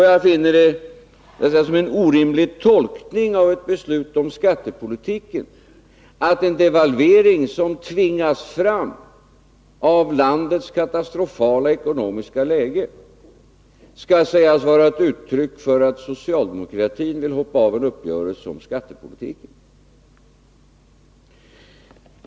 Jag finner det vara en orimlig tolkning av ett beslut om skattepolitiken att en devalvering som tvingats fram av landets katastrofala ekonomiska läge skall sägas vara ett uttryck för att socialdemokratin vill hoppa av från en uppgörelse om skattepolitiken.